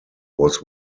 was